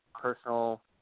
personal